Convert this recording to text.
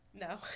No